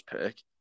pick